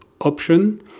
option